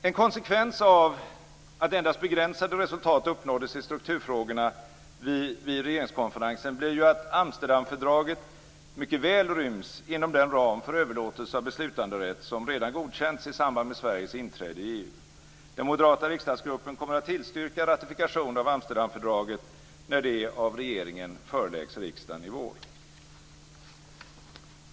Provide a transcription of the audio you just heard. En konsekvens av att endast begränsade resultat uppnåddes i strukturfrågorna vid regeringskonferensen blir att Amsterdamfördraget väl ryms inom den ram för överlåtelse av beslutanderätt som redan godkänts i samband med Sveriges inträde i EU. Den moderata riksdagsgruppen kommer att tillstyrka ratifikation av Amsterdamfördraget, när detta av regeringen föreläggs riksdagen i vår.